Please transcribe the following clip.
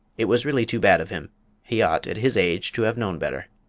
it was really too bad of him he ought, at his age, to have known better!